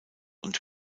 und